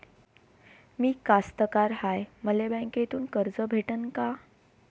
मी कास्तकार हाय, मले बँकेतून कर्ज भेटन का?